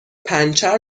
پنچر